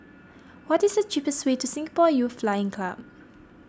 what is the cheapest way to Singapore Youth Flying Club